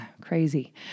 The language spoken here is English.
crazy